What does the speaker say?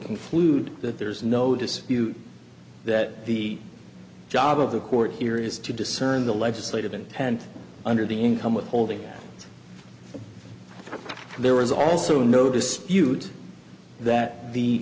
conclude that there is no dispute that the job of the court here is to discern the legislative intent under the income withholding there was also no dispute that the